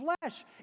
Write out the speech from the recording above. flesh